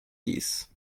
this